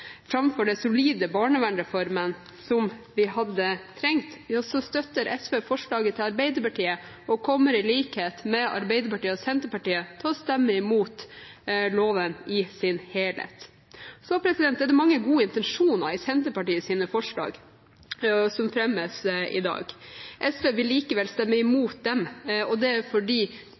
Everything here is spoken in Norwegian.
framfor den solide barnevernsreformen som vi hadde trengt, støtter SV forslaget til Arbeiderpartiet og kommer i likhet med Arbeiderpartiet og Senterpartiet til å stemme imot loven i sin helhet. Så er det mange gode intensjoner i Senterpartiets forslag, som fremmes i dag. SV vil likevel stemme imot dem, fordi de er